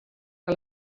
que